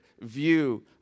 view